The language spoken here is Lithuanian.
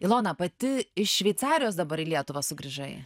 ilona pati iš šveicarijos dabar į lietuvą sugrįžai